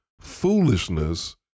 foolishness